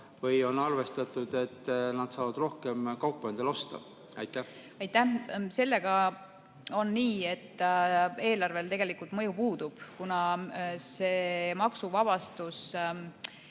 või on arvestatud, et nad saavad rohkem kaupa endale osta? Aitäh! Sellega on nii, et eelarvele tegelikult mõju puudub, kuna see maksuvabastus